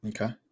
Okay